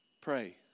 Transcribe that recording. Pray